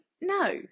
no